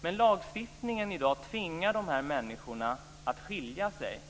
men lagstiftningen i dag tvingar dessa människor att skilja sig.